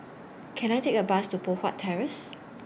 Can I Take A Bus to Poh Huat Terrace